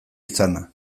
izana